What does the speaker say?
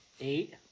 Eight